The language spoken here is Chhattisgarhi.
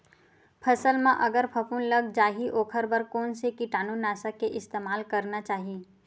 फसल म अगर फफूंद लग जा ही ओखर बर कोन से कीटानु नाशक के इस्तेमाल करना चाहि?